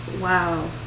wow